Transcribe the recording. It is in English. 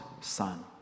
son